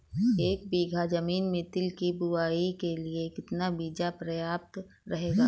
एक बीघा ज़मीन में तिल की बुआई के लिए कितना बीज प्रयाप्त रहेगा?